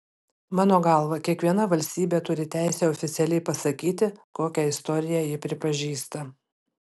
mano galva kiekviena valstybė turi teisę oficialiai pasakyti kokią istoriją ji pripažįsta